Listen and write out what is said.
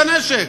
אסביר לך הכול.